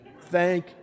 thank